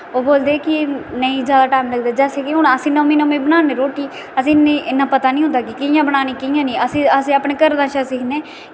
ओह् बोलदे हे कि नेईं जैदा टाईम लगदा अस नमें नमें बनाने रोटी असें इन्ना पता नेईं होंदा कि कि'यां बनानी कि'यां नेईं असें अपने घर आह्लें कशा दा सिक्खने